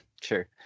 Sure